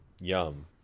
Yum